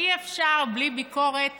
אי-אפשר בלי ביקורת